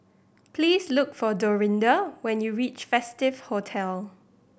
please look for Dorinda when you reach Festive Hotel